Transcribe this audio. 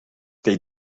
they